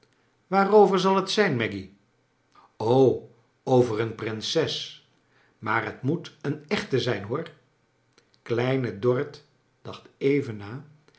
waarover zal liet zijn maggy v over een prinses maar j t moet een echte zijn hoorl kleine dorrit dacht even na